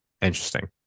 interesting